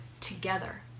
together